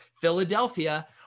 Philadelphia